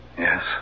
Yes